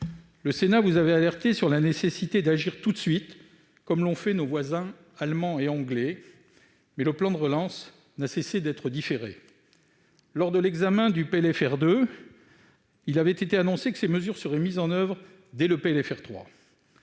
le Sénat vous avait alerté sur la nécessité d'agir tout de suite, comme l'ont fait nos voisins allemands et anglais, mais le plan de relance n'a cessé d'être différé. Lors de l'examen du projet de loi de finances rectificative 2, il avait été annoncé que ces mesures seraient mises en oeuvre dès le PLFR 3.